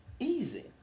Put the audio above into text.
Easy